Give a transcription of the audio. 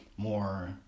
More